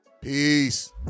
Peace